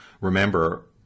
Remember